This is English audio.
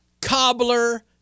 cobbler